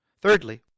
thirdly